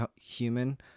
human